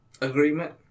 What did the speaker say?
agreement